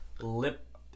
lip